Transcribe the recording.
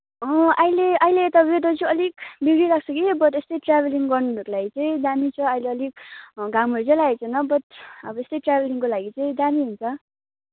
अँ अहिले अहिले यता वेदर चाहिँ अलिक बिग्रिरहेको छ कि यो बट यस्तै ट्राभेलिङ गर्नेहरूलाई चाहिँ दामी छ अहिले अलिक घामहरू चाहिँ लागेको छैन बट अब यस्तै ट्राभेलिङको लागि चाहिँ दामी हुन्छ